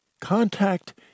Contact